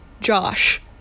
Josh